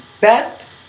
best